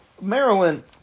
Maryland